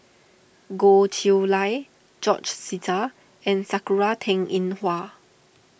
Goh Chiew Lye George Sita and Sakura Teng Ying Hua